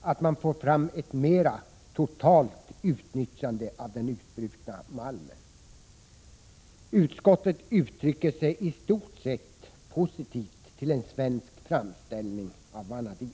att man får ett bättre utnyttjande av den utbrytna malmen. Utskottet uttrycker sig i stort sett positivt till en svensk framställning av vanadin.